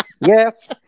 Yes